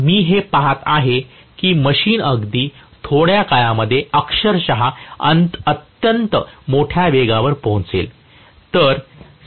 तर मी हे पाहत आहे की मशीन अगदी थोड्या काळामध्ये अक्षरशः अत्यंत मोठ्या वेगावर पोहोचेल